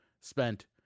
spent